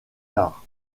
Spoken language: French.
tard